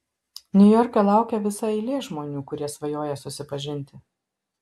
niujorke laukia visa eilė žmonių kurie svajoja susipažinti